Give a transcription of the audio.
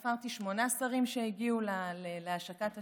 ספרתי שמונה שרים שהגיעו להשקת השדולה,